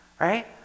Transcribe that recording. right